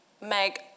Meg